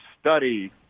study